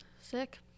Sick